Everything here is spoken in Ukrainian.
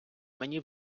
мені